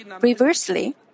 reversely